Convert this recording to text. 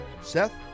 Seth